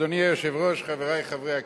היושב-ראש, חברי חברי הכנסת,